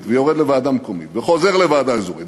ויורד לוועדה מקומית וחוזר לוועדה אזורית,